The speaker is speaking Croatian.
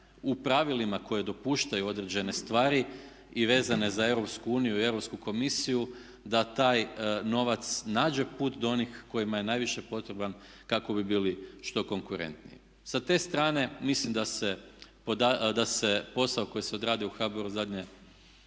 u pravilima koje dopuštaju određene stvari i vezane za Europsku uniju i Europsku komisiju da taj novac nađe put do onih kojima je najviše potreban kako bi bili što konkurentniji. Sa te strane mislim da se posao koji se odradio u HBOR zadnje